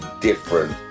different